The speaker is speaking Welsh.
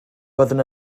byddwn